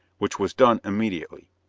which was done immediately.